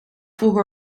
volgen